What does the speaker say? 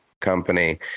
company